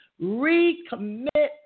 recommit